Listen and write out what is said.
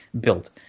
built